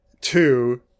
Two